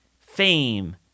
fame